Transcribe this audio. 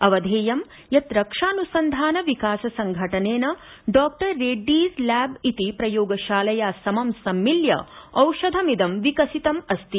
अवधेयं यत् रक्षा न्संधान विकास संघटनेनन डॉक्टर रेड्डीज़ लैब इति प्रयोग शालया समं सम्मिल्य औषधमिदं विकसितं अस्ति